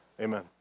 Amen